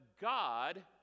God